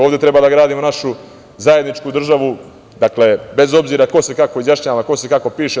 Ovde treba da gradimo našu zajedničku državu, bez obzira ko se kako izjašnjava, ko se kako piše.